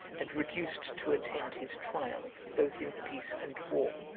and reduced to attend his triumph both in peace and war